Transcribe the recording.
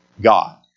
God